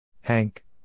Hank